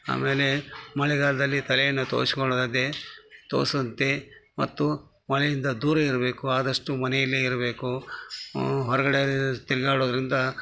ಆಮೇಲೆ ಮಳೆಗಾಲದಲ್ಲಿ ತಲೆಯನ್ನ ತೋಸೊದಂತೆ ಮತ್ತು ಮನೆಯಿಂದ ದೂರ ಇರಬೇಕು ಆದಷ್ಟು ಮನೆಯಲ್ಲೇ ಇರಬೇಕು ಹೊರಗಡೆ ತಿರ್ಗಾಡೋದರಿಂದ